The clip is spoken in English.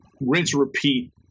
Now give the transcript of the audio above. rinse-repeat